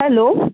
hello